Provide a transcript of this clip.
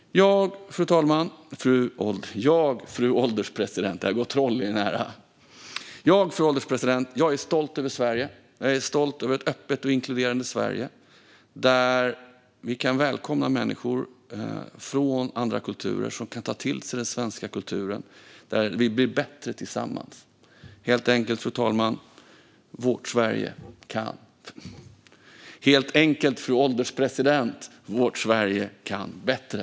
Jag, fru ålderspresident, är stolt över Sverige. Jag är stolt över ett öppet och inkluderande Sverige, där vi kan välkomna människor från andra kulturer som kan ta till sig den svenska kulturen och där vi blir bättre tillsammans. Helt enkelt, fru ålderspresident: Vårt Sverige kan bättre.